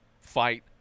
fight